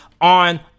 on